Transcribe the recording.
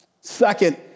Second